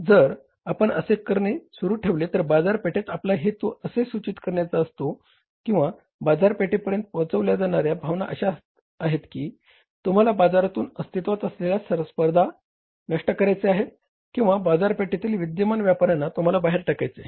जर आपण असे करणे सुरू ठेवले तर बाजारपेठेत आपला हेतू असे सूचित करण्याचा असतो किंवा बाजारपेठेपर्यंत पोहोचवल्या जाणार्या भावना अशा आहेत की तुम्हाला बाजारातून अस्तित्त्वात असलेल्या स्पर्धा नष्ट करायच्या आहेत किंवा बाजारपेठेतील विद्यमान व्यापाऱ्यांना तुम्हाला बाहेर टाकायचे आहे